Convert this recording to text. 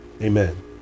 Amen